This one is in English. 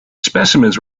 specimens